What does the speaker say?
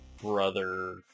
brother